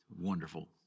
wonderful